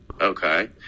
Okay